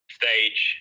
stage